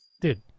dude